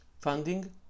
Funding